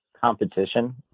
competition